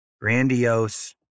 grandiose